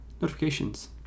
notifications